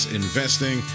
investing